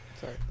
Sorry